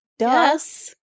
Yes